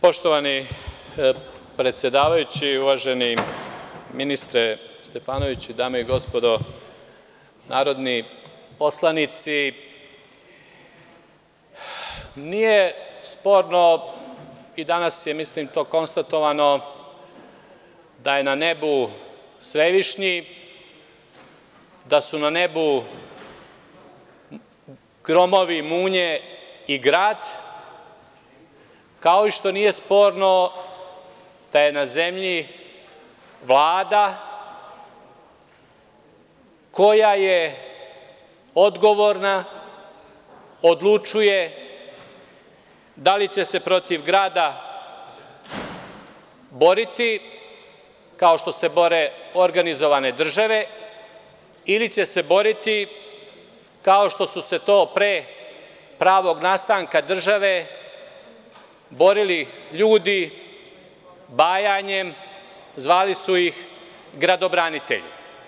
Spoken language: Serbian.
Poštovani predsedavajući, uvaženi ministre Stefanoviću, dame i gospodo narodni poslanici, nije sporno, a i danas je mislim to konstatovano, da je na nebu Svevišnji, da su na nebu gromovi, munje i grad, kao što nije sporno da je na zemlji Vlada koja je odgovorna i koja odlučuje da li će se protiv grada boriti kao što se bore organizovane države ili će se boriti kao što su se to pre pravog nastanka države borili ljudi bajanjem, a zvali su ih gradobranitelji.